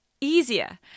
easier